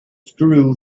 screw